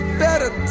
better